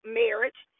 marriage